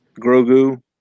Grogu